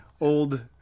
old